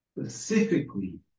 specifically